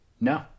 No